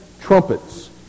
trumpets